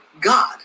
God